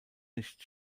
nicht